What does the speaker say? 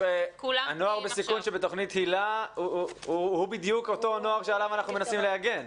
נוער בסיכון שבתוכנית היל"ה הוא בדיוק אותו נוער עליו אנחנו מנסים להגן.